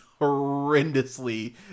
horrendously